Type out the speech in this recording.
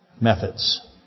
methods